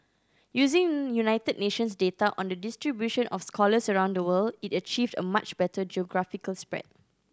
using United Nations data on the distribution of scholars around the world it achieved a much better geographical spread